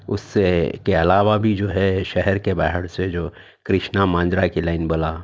اُس سے کے علاوہ بھی جو ہے شہر کے باہر سے جو کرشنا مانجرا کی لائن بولا